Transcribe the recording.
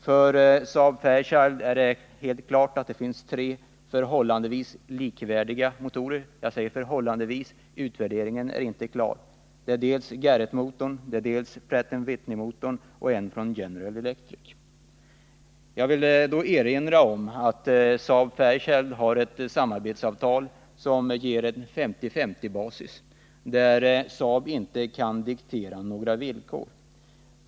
För Saab-Scania och Fairchild är det helt klart att det finns tre förhållandevis likvärdiga motorer — jag säger förhållandevis, eftersom utvärderingen inte ännu är klar. Det är dels Garrettmotorn, dels Pratt & Whitney-motorn, dels en motor från General Electric. Jag vill erinra om att Saab-Fairchild har ett samarbetsavtal på 50/50-basis, där Saab inte kan diktera några villkor.